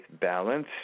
balance